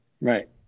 Right